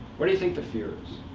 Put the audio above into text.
what do you think the fear is?